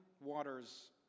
waters